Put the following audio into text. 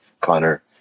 Connor